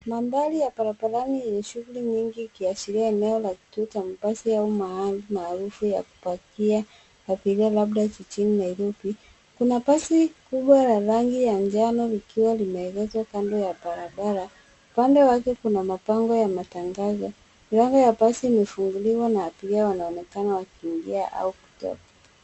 Mandhari ya barabarani yenye shughuli nyingi ikiashiria eneo la kituo cha mabasi au mahali maarufu ya kupakia abiria labda jijini Nairobi. Kuna basi kubwa la rangi ya njano likiwa limeegezwa kando ya barabara. Upande wake kuna mabango matangazo. Milango ya basi imefunguliwa na abiria wanaonekana wakiingia au kutoka.